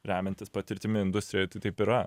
remiantis patirtimi industrijoj tai taip yra